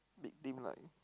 big team like